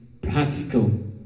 practical